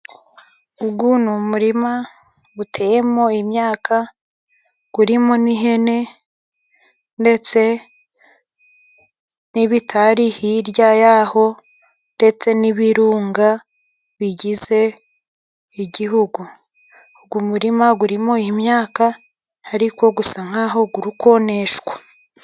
Uyu n'umurima uteyemo imyaka urimo n'ihene ndetse n'ibitari hirya yaho ndetse n'ibirunga bigize igihugu, uyu umurima urimo imyaka ariko usa nkaho ukoneshwa.